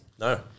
No